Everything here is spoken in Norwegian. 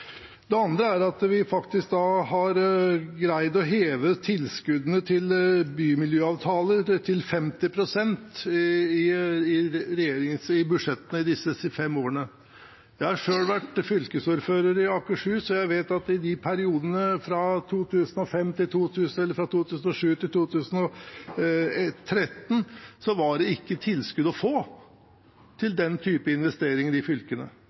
Det andre er at vi har greid å heve tilskuddene til bymiljøavtaler til 50 pst. i budsjettene på disse fem årene. Jeg har selv vært fylkesordfører i Akershus, og jeg vet at i perioden 2007–2013 var det ikke tilskudd å få til den typen investeringer i fylkene.